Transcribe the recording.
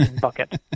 bucket